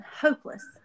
hopeless